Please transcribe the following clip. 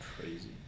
Crazy